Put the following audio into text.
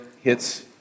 hits